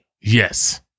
Yes